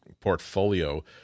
portfolio